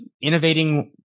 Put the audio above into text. innovating